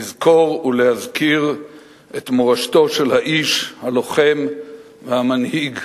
לזכור ולהזכיר את מורשתו של האיש, הלוחם והמנהיג